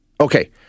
Okay